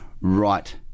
right